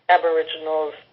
Aboriginals